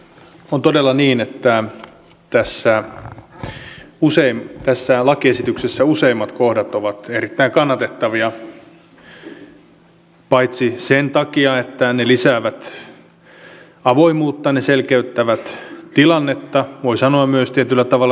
on todella niin että tässä lakiesityksessä useimmat kohdat ovat erittäin kannatettavia paitsi sen takia että ne lisäävät avoimuutta ne selkeyttävät tilannetta myös sen takia että ne voi sanoa myös tietyllä tavalla lisäävät oikeudenmukaisuutta